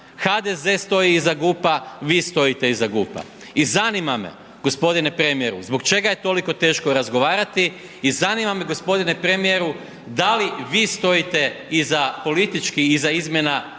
HDZ stoji iza GUP-a, vi stojite iza GUP-a. I zanima me, g. premijeru, zbog čega je toliko teško razgovarati i zanima me, g. premijeru da li vi stojite iza politički iza izmjena GUP-a